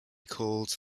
called